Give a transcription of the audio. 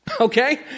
okay